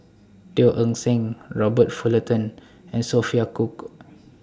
Teo Eng Seng Robert Fullerton and Sophia Cooke